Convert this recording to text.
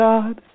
God